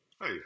Hey